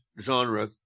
genre